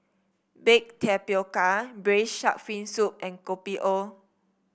Baked Tapioca Braised Shark Fin Soup and Kopi O